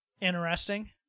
Interesting